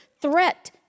threat